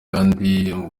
kandi